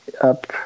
up